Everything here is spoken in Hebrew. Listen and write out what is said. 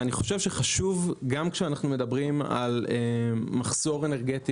אני חושב שגם כשאנחנו מדברים על מחסור אנרגטי